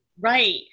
Right